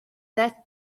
that